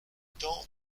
temps